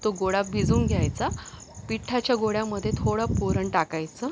तो गोळा भिजवून घ्यायचा पिठाच्या गोळ्यामध्ये थोडं पुरण टाकायचं